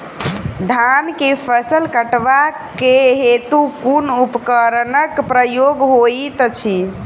धान केँ फसल कटवा केँ हेतु कुन उपकरणक प्रयोग होइत अछि?